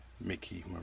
Mickey